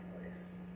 place